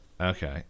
Okay